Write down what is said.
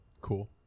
Cool